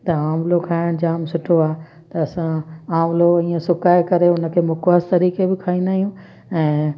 त आवलो खाइण जाम सुठो आहे त असां आवलो ईअं सुकाए करे उन खे मुकवास तरे खे बि खाईंदा आहियूं ऐं